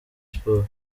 sports